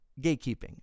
gatekeeping